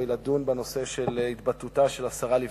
היא לדון בהתבטאותה של השרה לבנת,